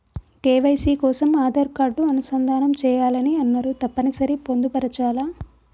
KYC కోసం Aadhaar card అనుసంధానం చేయాలని అన్నరు తప్పని సరి పొందుపరచాలా?